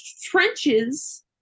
trenches